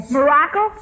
morocco